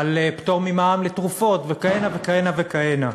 על פטור ממע"מ על תרופות, וכהנה וכהנה וכהנה.